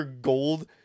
gold